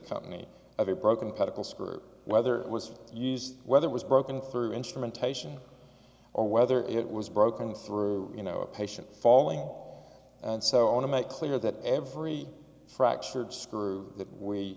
company of a broken particle skirt whether it was used whether was broken through instrumentation or whether it was broken through you know a patient falling out and so i want to make clear that every fractured screw that we